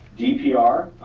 dpr,